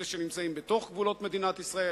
אלה שנמצאים בתוך גבולות מדינת ישראל,